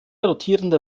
rotierende